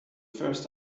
first